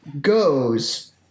goes